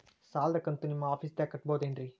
ಸಾಲದ ಕಂತು ನಿಮ್ಮ ಆಫೇಸ್ದಾಗ ಕಟ್ಟಬಹುದೇನ್ರಿ?